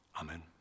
Amen